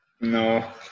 No